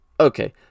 Okay